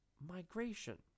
migration